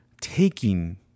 taking